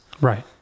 Right